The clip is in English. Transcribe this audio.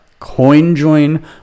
CoinJoin